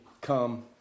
come